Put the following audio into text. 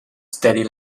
steady